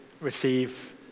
receive